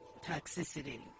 toxicity